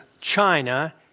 China